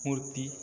ମୂର୍ତ୍ତି